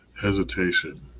Hesitation